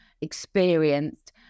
experienced